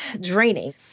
draining